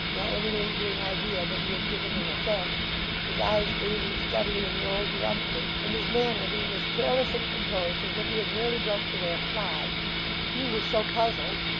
nor any lingering idea that he had given him offence his eyes gazing steadily in the old direction, and his manner being as careless and composed as if he had merely brushed away a fly hugh was so puzzled,